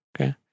Okay